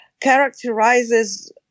characterizes